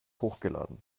hochgeladen